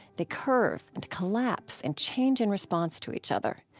they curve and collapse and change in response to each other.